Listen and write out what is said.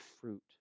fruit